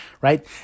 right